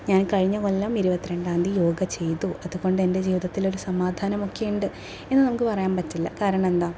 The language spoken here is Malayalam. ഞാൻ കഴിഞ്ഞ കൊല്ലം ഇരുപത്തി രണ്ടാന്തി യോഗ ചെയ്തു അതുകൊണ്ടെൻ്റെ ജീവിതത്തിൽ ഒരു സമാധാനമൊക്കെയുണ്ട് എന്ന് നമുക്ക് പറയാൻ പറ്റില്ല കാരണമെന്താണ്